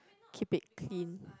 keep it clean